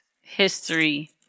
history